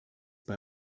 bei